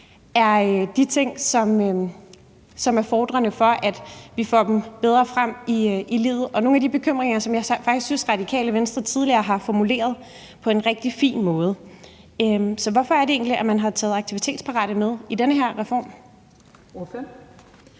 noget, der er befordrende for, at vi får dem bedre frem i livet. Det er nogle af de bekymringer, som jeg faktisk synes Radikale Venstre tidligere har formuleret på en rigtig fin måde. Så hvorfor er det egentlig, at man har taget aktivitetsparate med i den her reform? Kl.